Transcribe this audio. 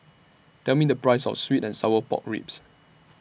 Tell Me The Price of Sweet and Sour Pork Ribs